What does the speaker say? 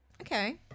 okay